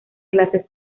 clases